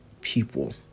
people